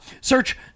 search